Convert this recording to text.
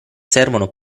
servono